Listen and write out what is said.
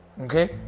Okay